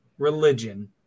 Religion